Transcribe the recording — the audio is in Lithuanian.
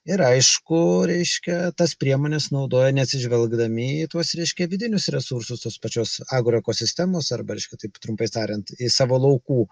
ir aišku reiškia tas priemones naudoja neatsižvelgdami į tuos reiškia vidinius resursus tos pačios agaroekosistemos arba reiškia taip trumpai tariant į savo laukų